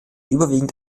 überwiegend